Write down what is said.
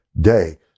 day